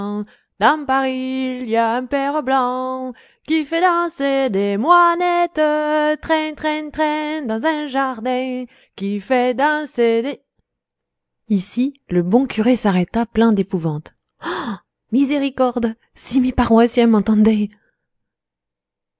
danser des ici le bon curé s'arrêta plein d'épouvante miséricorde si mes paroissiens